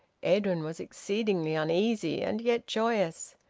edwin was exceedingly uneasy, and yet joyous.